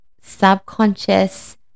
subconscious